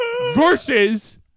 versus